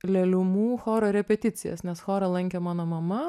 leliumų choro repeticijas nes chorą lankė mano mama